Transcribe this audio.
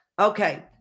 Okay